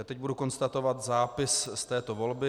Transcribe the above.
Teď budu konstatovat zápis z této volby.